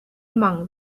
among